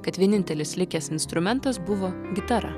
kad vienintelis likęs instrumentas buvo gitara